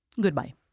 Goodbye